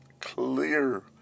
clear